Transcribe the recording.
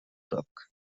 book